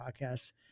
Podcasts